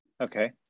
Okay